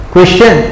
Question